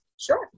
Sure